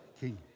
king